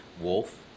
wolf